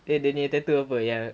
K jadi tattoo apa yang